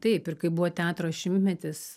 taip ir kai buvo teatro šimtmetis